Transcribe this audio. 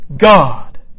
God